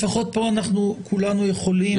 לפחות פה אנחנו כולנו יכולים לשמור בינינו על אווירה טובה.